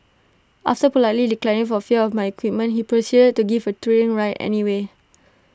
after politely declining for fear of my equipment he proceeded to give A thrilling ride anyway